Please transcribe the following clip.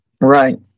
Right